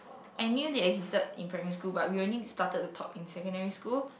I knew they existed in primary school but we only started to talk in secondary school